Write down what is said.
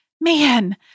Man